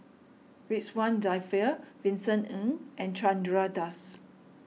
Ridzwan Dzafir Vincent Ng and Chandra Das